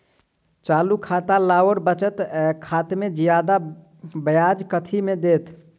चालू खाता आओर बचत खातामे जियादा ब्याज कथी मे दैत?